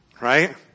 Right